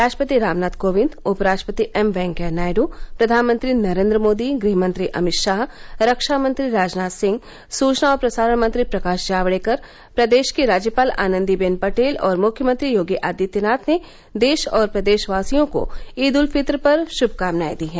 राष्ट्रपति रामनाथ कोविंद उपराष्ट्रपति एम वैंकेया नायडू प्रधानमंत्री नरेन्द्र मोदी गृहमंत्री अमित शाह रक्षामंत्री राजनाथ सिंह सूचना और प्रसारण मंत्री प्रकाश जावडेकर प्रदेश की राज्यपाल आनन्दीबेन पटेल और मृख्यमंत्री योगी आदित्यनाथ ने देश और प्रदेश वासियों को ईद उल फित्र पर श्भकामनाएं दी हैं